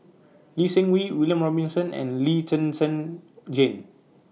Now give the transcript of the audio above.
Lee Seng Wee William Robinson and Lee Zhen Zhen Jane